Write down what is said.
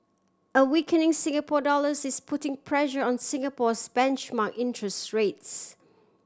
a weakening Singapore dollars is putting pressure on Singapore's benchmark interest rates